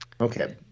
okay